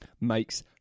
Makes